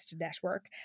network